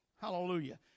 Hallelujah